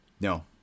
no